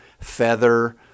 feather